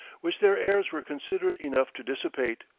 which their heirs were considerate enough to dissipate.